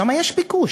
שם יש ביקוש.